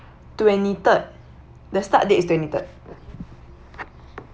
twenty third the start date is twenty third